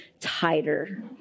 tighter